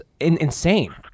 insane